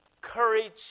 courage